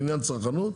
לעניין צרכנות?